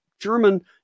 German